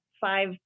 five